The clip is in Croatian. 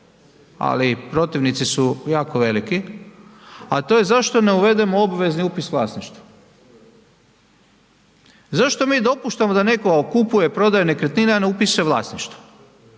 ali protivnici su jako veliki a to je zašto ne uvedemo obvezni upis vlasništva. Zašto mi dopuštamo da netko kupuje, prodaje nekretnine a ne upisuje vlasništvo?